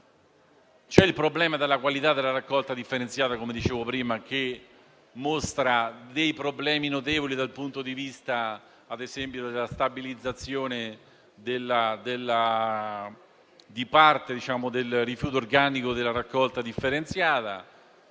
C'è il problema della qualità della raccolta differenziata, come dicevo prima, che mostra problemi notevoli dal punto di vista, ad esempio, della stabilizzazione di parte del rifiuto organico della raccolta differenziata,